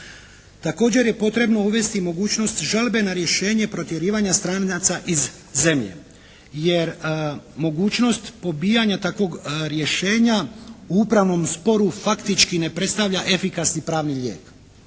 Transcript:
Također je potrebno uvesti mogućnost žalbe na rješenje protjerivanje stranaca iz zemlje. Jer mogućnost pobijanja takvog rješenja u upravnom sporu faktički ne predstavlja efikasni pravni lijek,